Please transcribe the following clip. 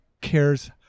cares